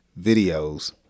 videos